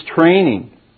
training